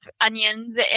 onions